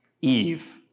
Eve